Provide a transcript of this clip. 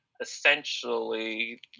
essentially